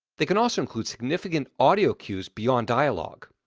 they can also include significant audio cues beyond dialogue.